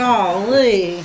Golly